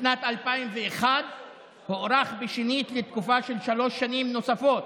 בשנת 2001 הוארך שנית לתקופה של שלוש שנים נוספות,